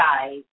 guys